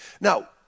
Now